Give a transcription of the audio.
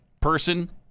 person